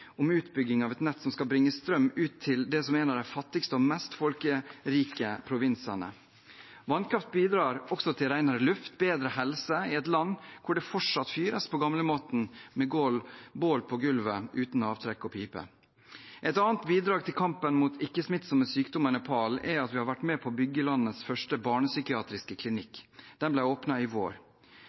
om utbygging av et nett som skal bringe strøm ut til en av de fattigste og mest folkerike provinsene. Vannkraft bidrar også til renere luft og bedre helse i et land hvor det fortsatt fyres på gamlemåten med bål på gulvet og uten avtrekk og pipe. Et annet bidrag til kampen mot ikke-smittsomme sykdommer i Nepal er at vi har vært med på å bygge landets første barnepsykiatriske klinikk. Den ble åpnet i vår.